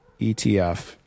ETF